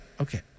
Okay